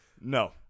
No